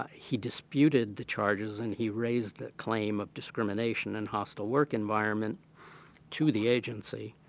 ah he disputed the charges and he raised a claim of discrimination and hostile work environment to the agency.